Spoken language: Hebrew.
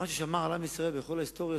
מה שמר על עם ישראל בכל ההיסטוריה?